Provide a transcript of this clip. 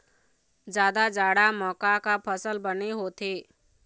जादा जाड़ा म का का फसल बने होथे?